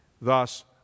Thus